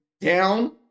down